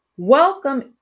welcome